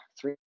three